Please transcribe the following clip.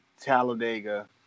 Talladega